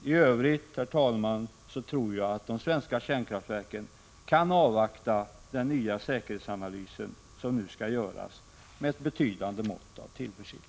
I övrigt, herr talman, tror jag att vi för de svenska kärnkraftverkens del kan avvakta den nya säkerhetsanalys som nu skall göras med ett betydande mått av tillförsikt.